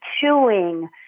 chewing